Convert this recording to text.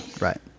Right